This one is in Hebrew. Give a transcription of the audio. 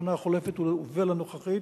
בשנה החולפת והנוכחית,